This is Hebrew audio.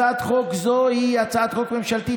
הצעת חוק זו היא הצעת חוק ממשלתית